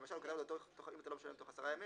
למשל אם אתה לא משלם תוך 10 ימים